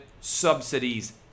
subsidies